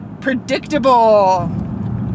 predictable